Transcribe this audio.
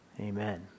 Amen